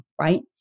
right